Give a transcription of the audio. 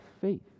faith